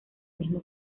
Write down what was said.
misma